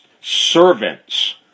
servants